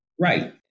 Right